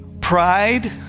Pride